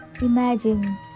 Imagine